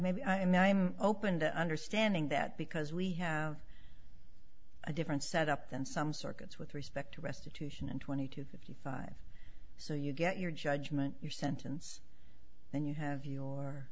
maybe i mean i'm open to understanding that because we have a different set up than some circuits with respect to restitution and twenty to fifty five so you get your judgment your sentence then you have your